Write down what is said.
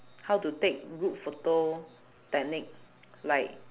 how to take good photo technique like